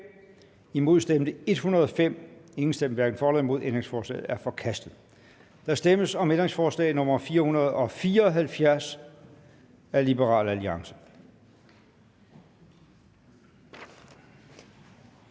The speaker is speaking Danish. De er vedtaget. Der stemmes om ændringsforslag nr. 498 af Liberal Alliance.